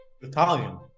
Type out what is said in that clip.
Italian